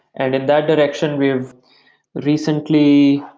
and in that direction, we have recently